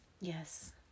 Yes